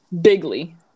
Bigly